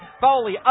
Foley